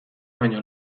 baino